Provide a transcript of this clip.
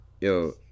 yo